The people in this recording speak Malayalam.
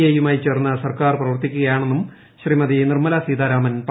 ഐ യുമായി ചേർന്ന് സർക്കാർ പ്രവർത്തിക്കുകയാണെന്നും ശ്രീമതി നിർമല സീതാരാമൻ പറഞ്ഞു